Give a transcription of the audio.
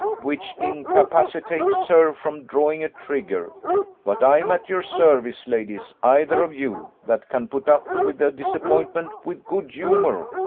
which incapacitates her from drawing a trigger but i am at your service, ladies, either of you, that can't put up with a disappointment with good humour